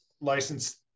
licensed